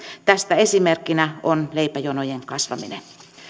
tästä esimerkkinä on leipäjonojen kasvaminen